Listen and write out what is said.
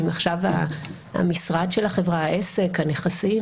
אם עכשיו המשרד של החברה, העסק, הנכסים